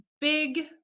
big